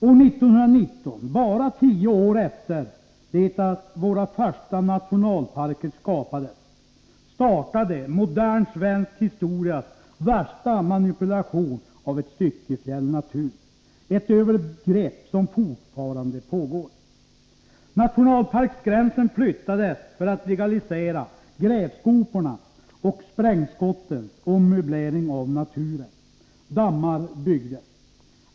År 1919 — bara tio år efter det att våra första nationalparker skapades — startade modern svensk historias värsta manipulation av ett stycke fjällnatur, ett övergrepp som fortfarande pågår. Nationalparksgränsen flyttades för att legalisera grävskopornas och sprängskottens ommöblering av naturen. Dammar byggdes.